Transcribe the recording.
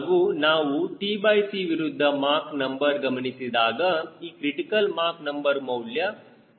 ಹಾಗೂ ನಾವು tc ವಿರುದ್ಧ ಮಾಕ್ ನಂಬರ್ ಗಮನಿಸಿದಾಗ ಈ ಕ್ರಿಟಿಕಲ್ ಮಾಕ್ ನಂಬರ್ ಮೌಲ್ಯ 0